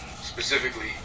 specifically